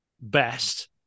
best